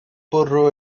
bwrw